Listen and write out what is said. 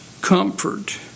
comfort